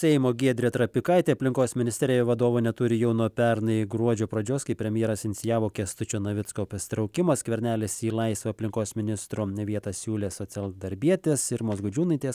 seimo giedrė trapikaitė aplinkos ministerijoj vadovo neturi jau nuo pernai gruodžio pradžios kai premjeras inicijavo kęstučio navicko pasitraukimą skvernelis į laisvą aplinkos ministro vietą siūlė socialdarbietės irmos gudžiūnaitės